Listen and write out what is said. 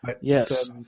Yes